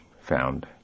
found